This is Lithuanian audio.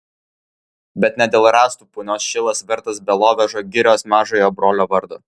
bet ne dėl rąstų punios šilas vertas belovežo girios mažojo brolio vardo